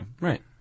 Right